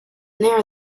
there